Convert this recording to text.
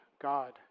God